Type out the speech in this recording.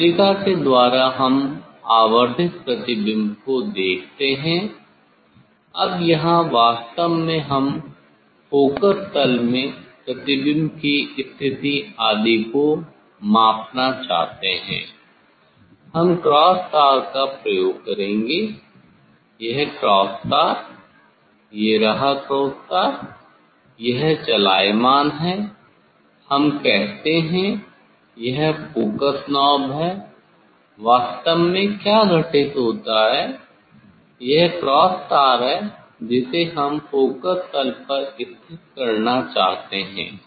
नेत्रिका के द्वारा हम आवर्धित प्रतिबिंब को देखते हैं अब यहां वास्तव में हम फोकस तल में प्रतिबिंब की स्थिति आदि को को मापना चाहते हैं हम क्रॉस तार का प्रयोग करेंगे यह क्रॉस तार यह रहा क्रॉस तार यह चलायमान है हम कहते हैं यह फोकस नाब है वास्तव में क्या घटित होता है यह क्रॉस तार है जिसे हम फोकस तल पर स्थित करना चाहते हैं